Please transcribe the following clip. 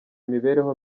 imibereho